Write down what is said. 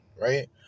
Right